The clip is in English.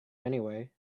anyway